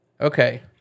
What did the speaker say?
Okay